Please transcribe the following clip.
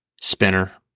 spinner